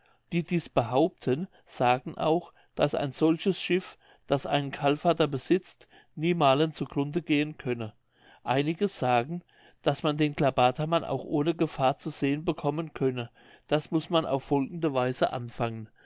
die dies behaupten sagen auch daß ein solches schiff das einen kalfater besitzt niemalen zu grunde gehen könne einige sagen daß man den klabatermann auch ohne gefahr zu sehen bekommen könne das muß man auf folgende weise anfangen